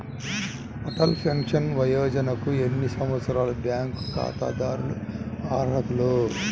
Atal pension యోజనకు ఎన్ని సంవత్సరాల బ్యాంక్ ఖాతాదారులు అర్హులు?